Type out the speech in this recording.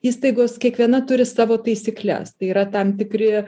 įstaigos kiekviena turi savo taisykles tai yra tam tikri